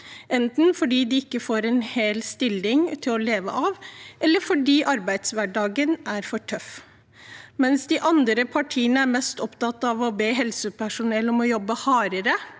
enten fordi de ikke får en hel stilling til å leve av, eller fordi arbeidshverdagen er for tøff. Mens de andre partiene er mest opptatt av å be helsepersonell om å jobbe hardere,